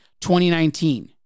2019